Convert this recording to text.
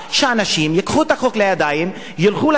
ילכו ל"סרטן" הזה וינסו לעקור אותו.